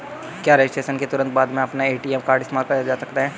क्या रजिस्ट्रेशन के तुरंत बाद में अपना ए.टी.एम कार्ड इस्तेमाल किया जा सकता है?